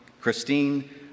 Christine